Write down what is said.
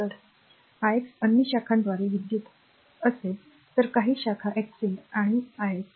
जर ix अन्य शाखांद्वारे विद्युत् असेल तर काही शाखा x a आणि i x